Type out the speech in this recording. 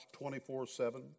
24-7